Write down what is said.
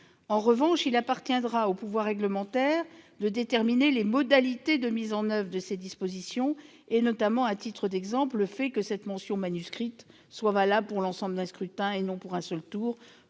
En revanche, il appartiendra au pouvoir réglementaire de déterminer les modalités de mise en oeuvre de ces dispositions, notamment, à titre d'exemple, le fait que cette mention manuscrite soit valable pour l'ensemble d'un scrutin et non pour un seul tour,